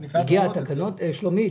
שלומית,